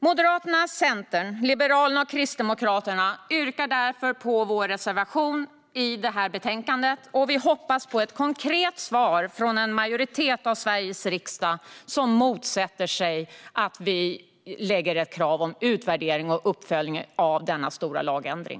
Moderaterna, Centern, Liberalerna och Kristdemokraterna yrkar därför bifall till vår reservation i betänkandet. Vi hoppas på ett konkret svar från en majoritet av Sveriges riksdag som motsätter sig att vi ställer krav på utvärdering och uppföljning av denna stora lagändring.